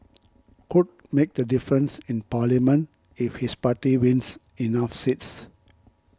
could make the difference in Parliament if his party wins enough seats